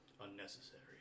Unnecessary